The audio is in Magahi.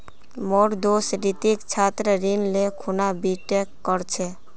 मोर दोस्त रितिक छात्र ऋण ले खूना बीटेक कर छ